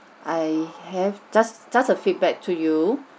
I have just just a feedback to you